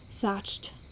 Thatched